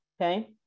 Okay